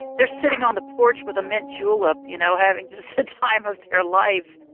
they're sitting on the porch with a mint julep you know, having just the time of their life!